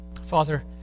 Father